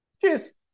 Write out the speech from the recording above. Cheers